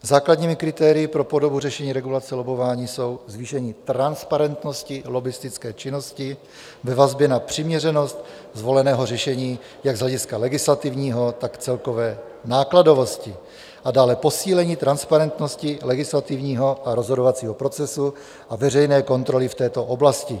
Základními kritérii pro podobu řešení regulace lobbování jsou zvýšení transparentnosti lobbistické činnosti ve vazbě na přiměřenost zvoleného řešení jak z hlediska legislativního, tak celkové nákladovosti a dále posílení transparentnosti legislativního a rozhodovacího procesu a veřejné kontroly v této oblasti.